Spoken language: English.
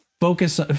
focus